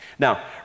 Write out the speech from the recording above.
Now